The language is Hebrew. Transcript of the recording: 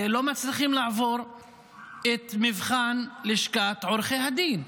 לא מצליחים לעבור את מבחן לשכת עורכי הדין?